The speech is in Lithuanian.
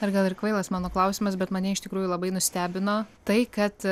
ar gal ir kvailas mano klausimas bet mane iš tikrųjų labai nustebino tai kad